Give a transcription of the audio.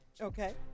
Okay